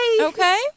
okay